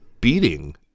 beating